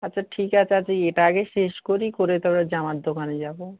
আচ্ছা ঠিক আছে আজকে এটা আগে শেষ করি করে তবে জামার দোকানে যাবো